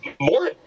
More